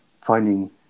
finding